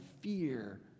fear